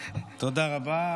תודה רבה.